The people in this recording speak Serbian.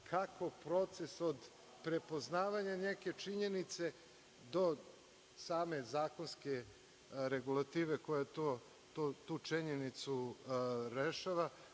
kako proces od prepoznavanja neke činjenice do same zakonske regulative koja tu činjenicu rešava,